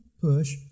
push